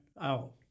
out